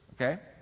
okay